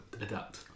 adapt